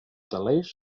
telers